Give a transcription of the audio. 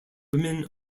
women